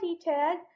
tag